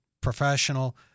professional